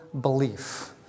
belief